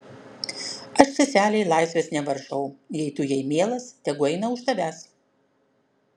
aš seselei laisvės nevaržau jei tu jai mielas tegu eina už tavęs